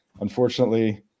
unfortunately